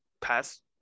pass